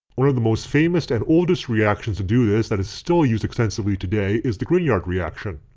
one of the most famous and oldest reactions to do this that is still used extensively today is the grignard reaction.